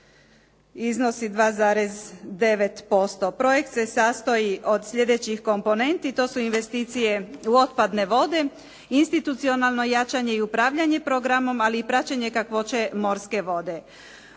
iznosi 2,9%. Projekt se sastoji od slijedećih komponenti. To su investicije u otpadne vode, institucionalno jačanje i upravljanje programom ali i praćenje kakvoće morske vode.